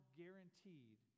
guaranteed